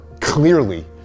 clearly